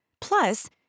Plus